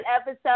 episode